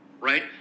right